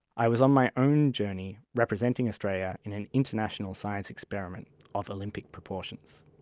i was on my own journey representing australia in an international science experiment of olympic proportions.